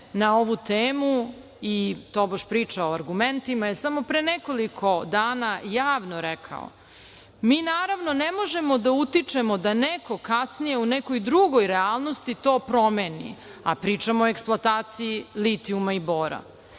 na ovu temu i tobož priča o argumentima je samo pre nekoliko dana javno rekao – mi, naravno, ne možemo da utičemo da neko kasnije u nekoj drugoj realnosti to promeni, a pričamo o eksploataciji litijuma i bora.